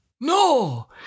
No